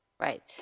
Right